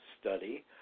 study